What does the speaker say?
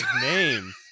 name